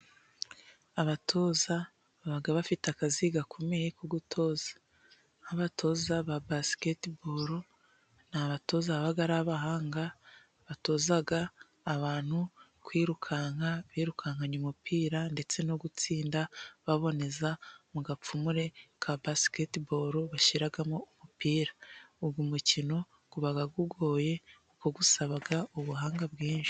Abatoza baba bafite akazi gakomeye ko gutoza, nk'abatoza ba basiketiboro, ni abatoza baba ari abahanga. Batoza abantu kwirukanka, birukankanye umupira, ndetse no gutsinda baboneza mu gapfumure ka basiketiboro bashyiramo umupira. Uyu mukino uba ugoye, usaba ubuhanga bwinshi.